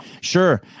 Sure